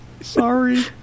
sorry